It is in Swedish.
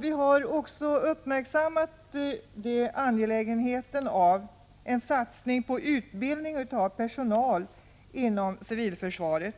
Vi har uppmärksammat angelägenheten av en satsning på utbildning av personal inom civilförsvaret.